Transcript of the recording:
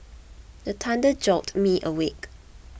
the thunder jolt me awake